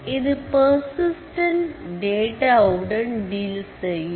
இது persistent data உடன் deal செய்யும்